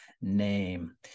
name